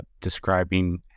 describing